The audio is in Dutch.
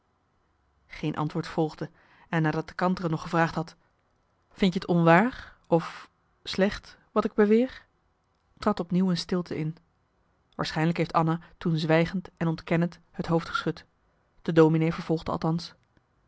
geen antwoord volgde en nadat de kantere nog gevraagd had vindt je t onwaar of slecht wat ik beweer trad op nieuw een stilte in waarschijnlijk heeft anna toen zwijgend en ontkennend het hoofd geschud de dominee vervolgde althans